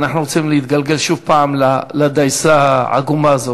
ואנחנו רוצים שוב פעם להתגלגל לדייסה העגומה הזאת.